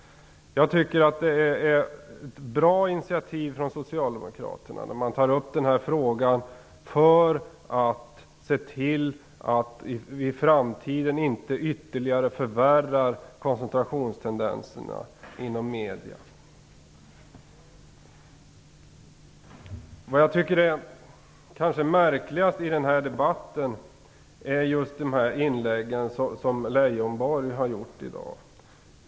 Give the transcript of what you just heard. Jag tycker att Socialdemokraterna har tagit ett bra initiativ genom att ta upp denna fråga till diskussion, för att se till att vi i framtiden inte ytterligare förvärrar koncentrationstendenserna inom medier. Det kanske märkligaste i debatten är de inlägg som Lars Leijonborg har gjort här i dag.